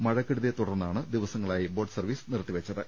മഴക്കെടുതിയെത്തു ടർന്നാണ് ദിവസങ്ങളായി boat service നിർത്തിവെച്ച ത്